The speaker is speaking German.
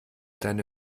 deine